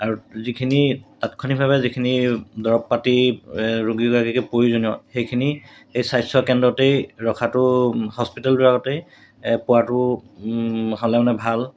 আৰু যিখিনি তাৎক্ষণিকভাৱে যিখিনি দৰৱ পাতি ৰোগীগৰাকীকে প্ৰয়োজনীয় সেইখিনি সেই স্বাস্থ্য কেন্দ্ৰতেই ৰখাটো হস্পিটেলবিলাকতেই পোৱাটো হ'লে মানে ভাল